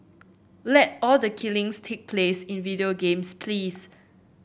let all the killings take place in video games please